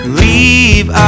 leave